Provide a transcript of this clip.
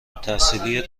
التحصیلی